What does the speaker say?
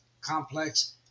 complex